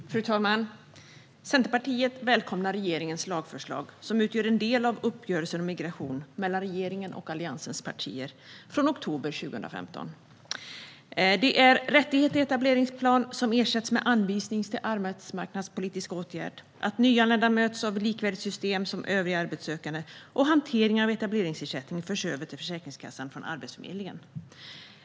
Fru talman! Centerpartiet välkomnar regeringens lagförslag som utgör en del av uppgörelsen om migration mellan regeringen och Alliansens partier från oktober 2015. Det handlar om att rättighet till etableringsplan ersätts med anvisning till arbetsmarknadspolitisk åtgärd, om att nyanlända ska mötas av ett system som är likvärdigt det som övriga arbetssökande möter och om att hanteringen av etableringsersättningen förs över till Försäkringskassan från Arbetsförmedlingen.